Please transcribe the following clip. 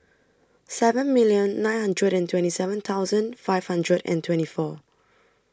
seven million nine hundred and twenty seven thousand five hundred and twenty four